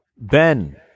Ben